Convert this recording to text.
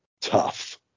Tough